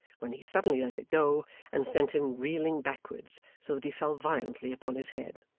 when he suddenly let it go and sent him reeling backwards, so that he fell violently upon his head.